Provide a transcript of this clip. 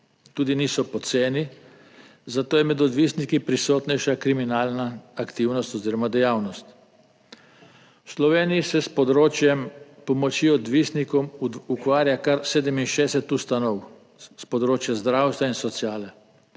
Tudi niso poceni, zato je med odvisniki prisotnejša kriminalna aktivnost oziroma dejavnost. V Sloveniji se s področjem pomoči odvisnikom ukvarja kar 67 ustanov s področja zdravstva in sociale.